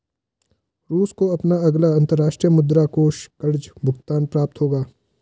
रूस को अपना अगला अंतर्राष्ट्रीय मुद्रा कोष कर्ज़ भुगतान प्राप्त होगा